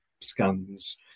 scans